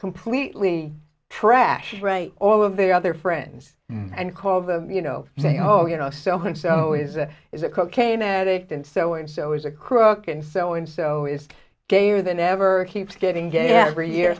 completely trash right all of their other friends and call them you know say oh you know so one so his a is a cocaine addict and so and so is a crook and so and so is gayer than ever keeps getting gay every year